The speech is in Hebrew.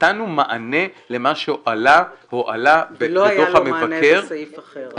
נתנו מענה למה שהועלה בדו"ח המבקר- -- לא היה לי מענה לסעיף אחר.